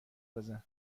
بزن